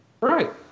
Right